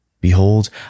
Behold